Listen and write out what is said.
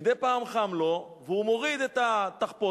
מדי פעם חם לו, והוא מוריד את התחפושת,